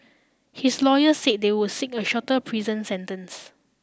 his lawyer said they would seek a shorter prison sentence